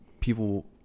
people